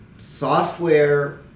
Software